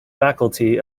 faculty